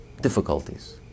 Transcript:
difficulties